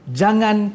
jangan